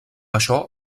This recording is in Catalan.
això